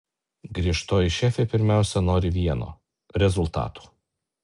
griežtoji šefė pirmiausia nori vieno rezultatų